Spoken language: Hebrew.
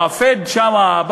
ה-FED שמה,